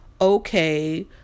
okay